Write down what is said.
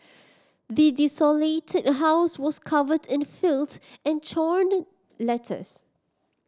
the desolated house was covered in filth and torn letters